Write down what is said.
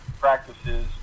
practices